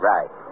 Right